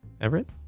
Everett